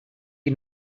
you